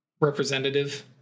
representative